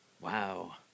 Wow